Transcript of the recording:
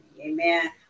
Amen